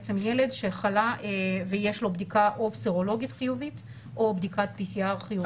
בעצם ילד שחלה ויש לו בדיקה או סרולוגית חיובית או בדיקת PCR חיובית